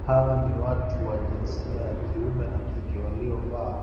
Hawa ni watu wa jinsia ya kiume na kike waliovaa